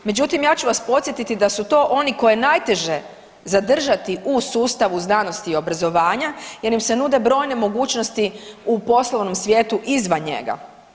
Međutim, ja ću vas podsjetiti da su to oni koje je najteže zadržati u sustavu znanosti i obrazovanja jer im se nude brojne mogućnosti u poslovnom svijetu izvan njega.